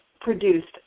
produced